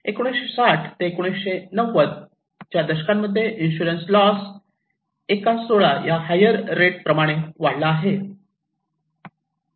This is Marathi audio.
1960 ते 1990 च्या दशकांमध्ये इन्शुरन्स लॉस 116 या हायर रेट प्रमाणे वाढला आहे